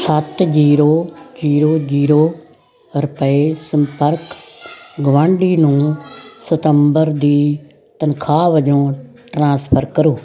ਸੱਤ zero zero zero ਰੁਪਏ ਸੰਪਰਕ ਗੁਆਂਢੀ ਨੂੰ ਸਤੰਬਰ ਦੀ ਤਨਖਾਹ ਵਜੋਂ ਟ੍ਰਾਂਸਫਰ ਕਰੋ